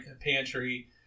pantry